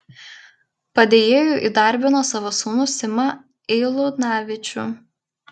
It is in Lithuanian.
padėjėju įdarbino savo sūnų simą eilunavičių